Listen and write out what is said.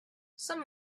some